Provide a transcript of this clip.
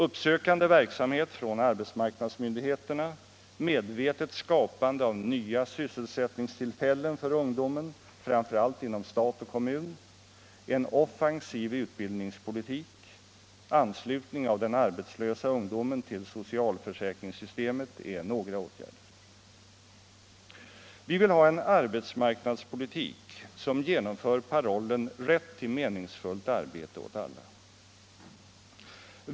Uppsökande verksamhet från arbetsmarknadsmyndigheterna, medvetet skapande av nya sysselsättningstillfällen för ungdomen, framför allt inom stat och kommun, en offensiv utbildningspolitik och anslutning av den arbetslösa ungdomen till socialförsäkringssystemet är några åtgärder. Vi vill ha en arbetsmarknadspolitik som genomför parollen rätt till meningsfullt arbete åt alla.